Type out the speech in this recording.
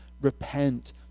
repent